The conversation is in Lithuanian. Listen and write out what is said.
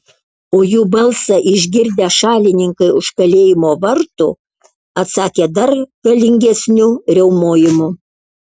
o jų balsą išgirdę šalininkai už kalėjimo vartų atsakė dar galingesniu riaumojimu